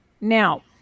Now